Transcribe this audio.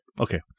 Okay